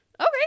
okay